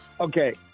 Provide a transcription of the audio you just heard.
Okay